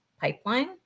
pipeline